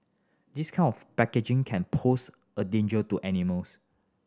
this kind of packaging can pose a danger to animals